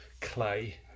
clay